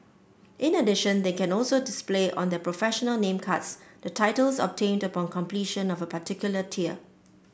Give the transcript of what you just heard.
in addition they can also display on their professional name cards the titles obtained upon completion of a particular tier